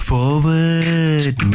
Forward